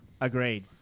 agreed